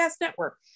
Network